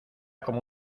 como